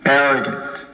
arrogant